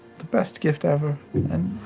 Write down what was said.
the best gift ever and